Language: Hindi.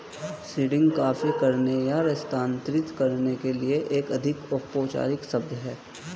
सीडिंग कॉपी करने या स्थानांतरित करने के लिए एक अधिक औपचारिक शब्द है